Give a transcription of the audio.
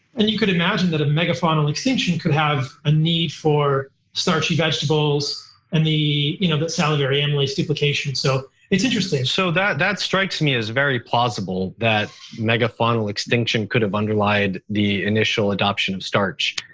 and you could imagine that a megafaunal extinction could have a need for starchy vegetables and the you know salivary amylase duplication. so it's interesting. so that that strikes me as very plausible that megafaunal extinction could have underlied the initial adoption of starch,